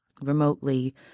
remotely